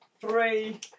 three